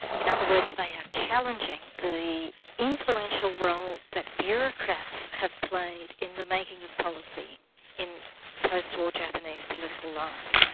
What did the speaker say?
in other words, they are challenging the influential role that bureaucrats have played in the making of policy in post-war japanese political life.